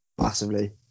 massively